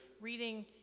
reading